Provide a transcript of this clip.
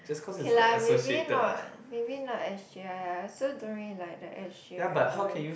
okay lah maybe not maybe not s_j_i I also don't really like the s_j_i boy